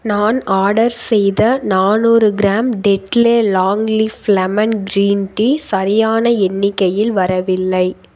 நான் ஆர்டர் செய்த நானூறு gram Tetley long leaf lemon green tea சரியான எண்ணிக்கையில் வரவில்லை